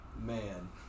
man